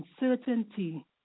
uncertainty